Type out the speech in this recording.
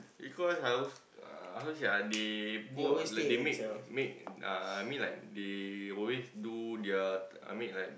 because I was uh how to say ah they pour like they make make uh I mean like they always do the I mean like